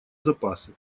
запасы